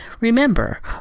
Remember